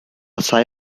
psi